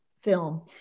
film